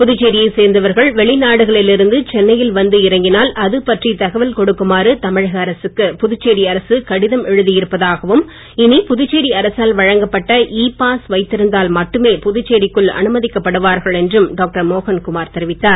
புதுச்சேரியை சேர்ந்தவர்கள் வெளிநாடுகளில் இருந்து சென்னையில் வந்து இறங்கினால் அது பற்றி தவல் கொடுக்குமாறு தமிழக அரசுக்கு புதுச்சேரி அரசு கடிதம் எழுதி இருப்பதாகவும் இனி புதுச்சேரி அரசால் வழங்கப்பட்ட இ பாஸ் வைத்திருந்தால் மட்டுமே புதுச்சேரிக்குள் அனுமதிக்கப்படுவார்கள் என்றும் டாக்டர் மோகன் குமார் தெரிவித்தார்